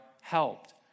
helped